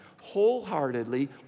wholeheartedly